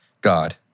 God